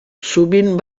sovint